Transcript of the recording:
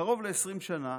קרוב ל-20 שנה